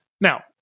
Now